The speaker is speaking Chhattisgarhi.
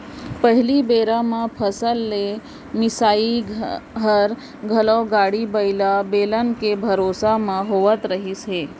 पहिली बेरा म फसल के मिंसाई हर घलौ गाड़ी बइला, बेलन के भरोसा म होवत रहिस हे